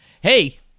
Hey